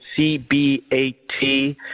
CBAT